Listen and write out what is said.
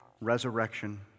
resurrection